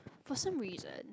for some reason